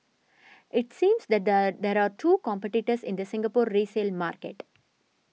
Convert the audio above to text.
it seems that there there are two competitors in the Singapore resale market